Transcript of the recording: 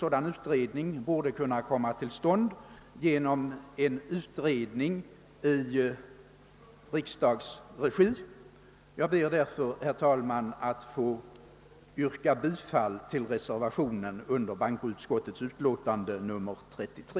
Sådana borde kunna komma till stånd inom en utredning, tillsatt av Kungl. Maj:t. Jag ber därför, herr talman, att få yrka bifall till reservationen vid bankoutskottets utlåtande nr 33.